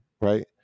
right